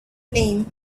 flame